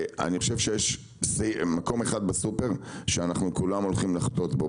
אני חושב שיש מקום אחד בסופר שכולנו הולכים לחטוא בו,